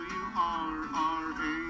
wrra